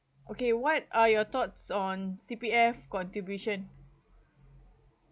okay what are your thoughts on C_P_F contribution